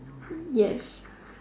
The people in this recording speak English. yes